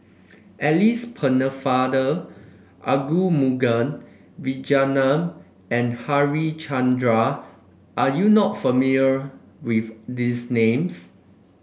Alice Pennefather Arumugam Vijiaratnam and Harichandra are you not familiar with these names